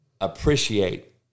appreciate